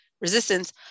resistance